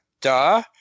duh